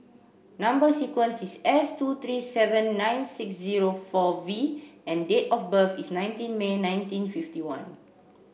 number sequence is S two three seven nine six zero four V and date of birth is nineteen May nineteen fifty one